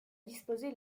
disposé